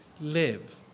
live